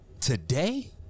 Today